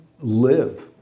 live